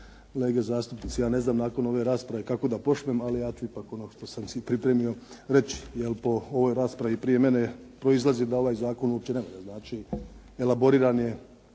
kolege zastupnici. Ja ne znam nakon ove rasprave kako da počnem, ali ja ću ipak ono što sam si pripremio reći. Jer po ovoj raspravi prije mene proizlazi da ovaj zakon uopće ne valja. Znači, elaboriran je